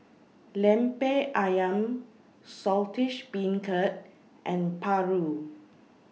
Lemper Ayam Saltish Beancurd and Paru